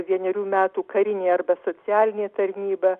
vienerių metų karinė arba socialinė tarnyba